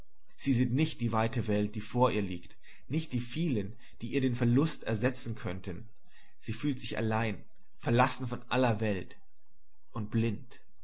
sie sieht nicht die weite welt die vor ihr liegt nicht die vielen die ihr de verlust ersetzen könnten sie fühlt sich allein verlassen von aller welt und blind